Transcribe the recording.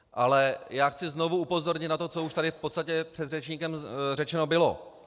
Ale já chci znovu upozornit na to, co už tady v podstatě předřečníkem řečeno bylo.